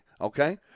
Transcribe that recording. Okay